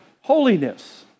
holiness